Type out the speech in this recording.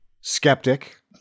Skeptic